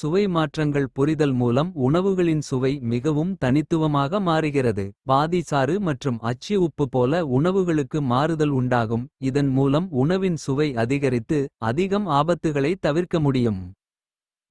சுவை மாற்றங்கள். புரிதல் மூலம் உணவுகளின் சுவை மிகவும். தனித்துவமாக மாறுகிறது. பாதி சாறு மற்றும் அச்சி உப்பு போல உணவுகளுக்கு. மாறுதல் உண்டாகும் இதன் மூலம் உணவின் சுவை அதிகரித்து. அதிகம் ஆபத்துகளைத் தவிர்க்க முடியும்.